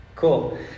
Cool